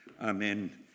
Amen